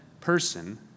person